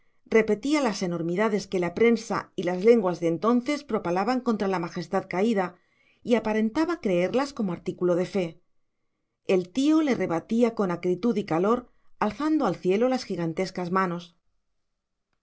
repetía las enormidades que la prensa y las lenguas de entonces propalaban contra la majestad caída y aparentaba creerlas como artículo de fe el tío le rebatía con acritud y calor alzando al cielo las gigantescas manos